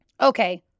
okay